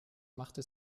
machte